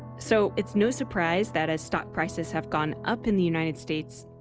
so it's no surprise that as stock prices have gone up in the united states,